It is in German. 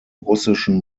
russischen